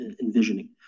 envisioning